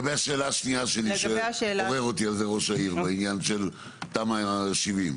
לגבי השאלה שהשנייה שלי שעורר אותי על זה ראש העיר בעניין של תמ"א 70,